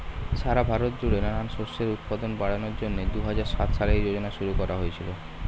সারা ভারত জুড়ে নানান শস্যের উৎপাদন বাড়ানোর জন্যে দুহাজার সাত সালে এই যোজনা শুরু করা হয়েছিল